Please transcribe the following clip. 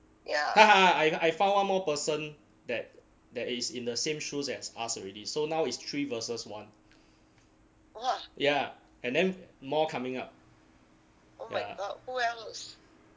haha I I found one more person that that is in the same shoes as us already so now is three versus one ya and then more coming up ya